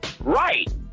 Right